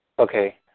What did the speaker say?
Okay